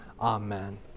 Amen